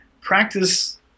practice